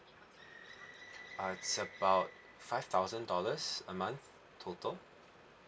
uh it's about five thousand dollars a month total